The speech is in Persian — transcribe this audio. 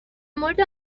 مورد